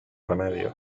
remedios